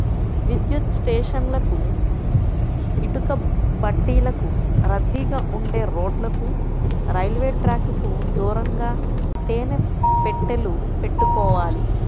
విద్యుత్ స్టేషన్లకు, ఇటుకబట్టీలకు, రద్దీగా ఉండే రోడ్లకు, రైల్వే ట్రాకుకు దూరంగా తేనె పెట్టెలు పెట్టుకోవాలి